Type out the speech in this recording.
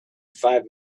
five